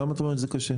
למה את אומרת שזה קשה?